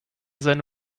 seine